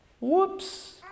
whoops